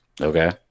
Okay